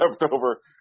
leftover